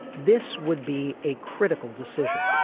this would be a critical decision.